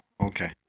okay